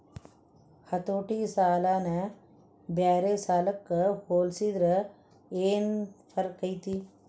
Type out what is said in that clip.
ಹತೋಟಿ ಸಾಲನ ಬ್ಯಾರೆ ಸಾಲಕ್ಕ ಹೊಲ್ಸಿದ್ರ ಯೆನ್ ಫರ್ಕೈತಿ?